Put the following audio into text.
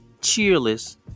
cheerless